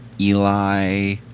Eli